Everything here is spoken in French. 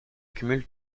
cumule